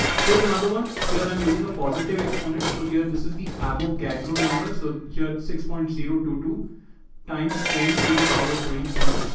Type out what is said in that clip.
here's another one here. i'm using a positive exponent. so here, this is the avogadro number. so here at six point zero two, two times ten to the power twenty three.